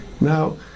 Now